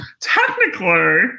technically